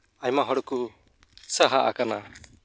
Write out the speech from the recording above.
ᱟᱭᱢᱟ ᱦᱚᱲ ᱜᱮᱠᱚ ᱥᱟᱦᱟ ᱟᱠᱟᱱᱟ